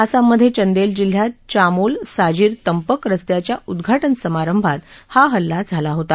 आसाममधे चंदेल जिल्ह्यात चामोल साजिर तंपक रस्त्याच्या उद्घाटन समारंभात हा हल्ला झाला होता